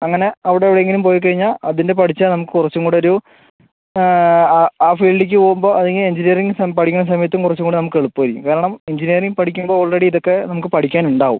അങ്ങനെ അവിടെ എവിടെയെങ്കിലും പോയി കഴിഞ്ഞാൽ അതിന്റെ പഠിച്ചാൽ നമുക്ക് കുറച്ചും കൂടെ ഒരു ആ ആ ഫീൽഡിലേക്ക് പോവുമ്പോൾ അത് കഴിഞ്ഞ് എഞ്ചിനീയറിംഗ് പഠിക്കുന്ന സമയത്തും നമുക്ക് കുറച്ചും കൂടെ എളുപ്പം ആയിരിക്കും കാരണം എഞ്ചിനീയറിംഗ് പഠിക്കുമ്പോൾ ഓൾറെഡി ഇതൊക്കെ നമുക്ക് പഠിക്കാൻ ഉണ്ടാവും